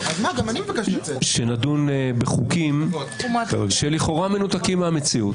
שנדון בחוקים שלכאורה מנותקים מהמציאות.